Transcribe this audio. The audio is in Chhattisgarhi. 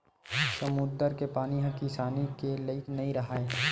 समुद्दर के पानी ह किसानी के लइक नइ राहय